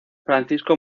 francisco